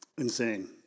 Insane